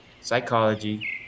psychology